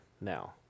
now